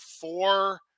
four